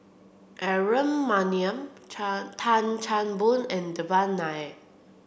Aaron Maniam Chan Tan Chan Boon and Devan Nair